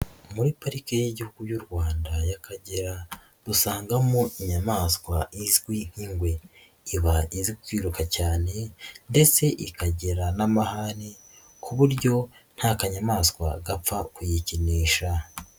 Muri Parike y'Igihugu y'u Rwanda y'Akagera dusangamo inyamaswa izwi nk'ingwe, iba izi kwiruka cyane ndetse ikagira n'amaharine ku buryo nta kanyamaswa gapfa kuyikinisha.